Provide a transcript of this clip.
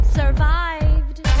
survived